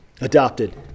adopted